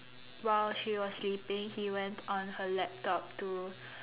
while she was sleeping he went on her laptop to